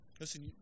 listen